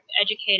educated